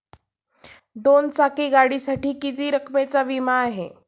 दोन चाकी गाडीसाठी किती रकमेचा विमा आहे?